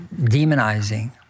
demonizing